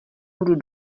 budu